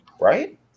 right